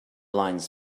lines